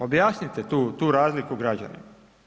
Objasnite tu, tu razliku građanima.